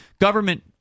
government